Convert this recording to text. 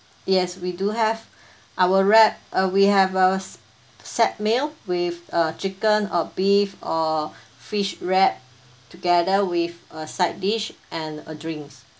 yes we do have our wrap uh we have ours set meal with uh chicken or beef or fish wrap together with a side dish and a drink